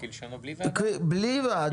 כלשונו בלי ועדה?